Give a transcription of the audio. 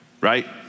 right